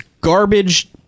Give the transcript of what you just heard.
garbage